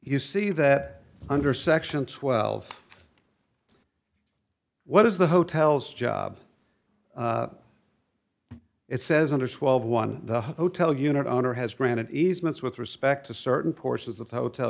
you see that under section twelve what is the hotel's job it says under swell of one the hotel unit owner has granted easements with respect to certain portions of the hotel